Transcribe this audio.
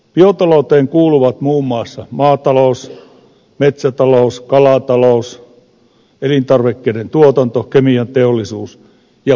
biotalouteen kuuluvat muun muassa maatalous metsätalous kalatalous elintarvikkeiden tuotanto kemianteollisuus ja biopolttoaineet